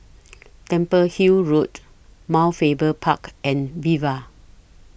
Temple Hill Road Mount Faber Park and Viva